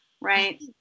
right